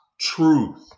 truth